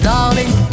Darling